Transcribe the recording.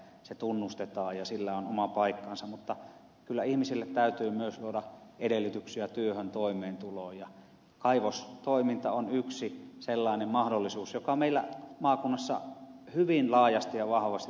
se tunnustetaan ja sillä on oma paikkansa mutta kyllä ihmisille täytyy myös luoda edellytyksiä työhön toimeentuloon ja kaivostoiminta on yksi sellainen mahdollisuus joka meillä maakunnassa hyvin laajasti ja vahvasti tunnustetaan